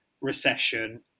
recession